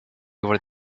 were